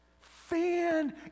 Fan